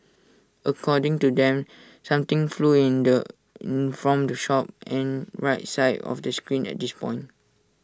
according to them something flew in the in from the shop and the right side of the screen at this point